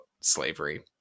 slavery